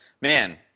Man